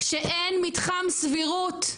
כשאין מתחם סבירות,